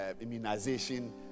immunization